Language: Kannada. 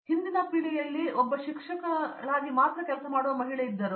ಹಿಂದಿನ ಪೀಳಿಗೆಯಲ್ಲಿ ಒಬ್ಬ ಶಿಕ್ಷಕನಾಗಿ ಕೆಲಸ ಮಾಡುವ ಮಹಿಳೆ ಮಾತ್ರ ಇದ್ದರು